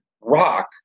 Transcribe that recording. rock